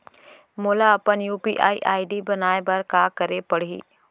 मोला अपन UPI ID बनाए बर का करे पड़ही?